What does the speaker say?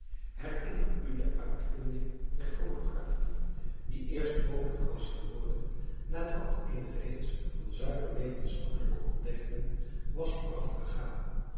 herinner u de uitvinding der photographie die eerst mogelijk was geworden nadat eene reeks van zuiver wetenschappelijke ontdekkingen was voorafgegaan